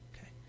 Okay